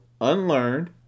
unlearned